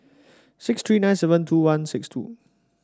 six three nine seven two one six two